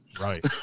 Right